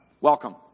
Welcome